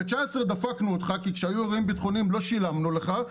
ב-19 דפקנו אותך כי כשהיו אירועים ביטחוניים לא שילמנו לך,